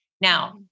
Now